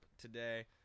today